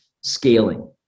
scaling